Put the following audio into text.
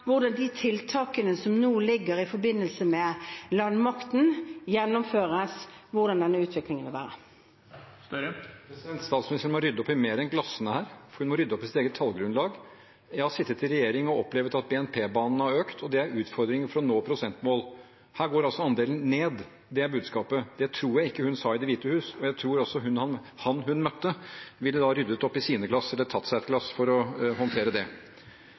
hvordan de tiltakene som ble vedtatt i forbindelse med behandlingen av landmaktsproposisjonen, gjennomføres. Statsministeren må rydde opp i mer enn glassene her, hun må rydde opp i sitt eget tallgrunnlag. Jeg har sittet i regjering og opplevd at BNP-banen har økt, og det er utfordringen for å nå prosentmål. Her går andelen ned, det er budskapet. Det tror jeg ikke statsministeren sa i Det hvite hus, og jeg tror at han hun møtte, ville da ryddet opp i sine glass, eller tatt seg et glass, for å håndtere det.